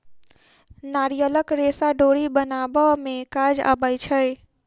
नारियलक रेशा डोरी बनाबअ में काज अबै छै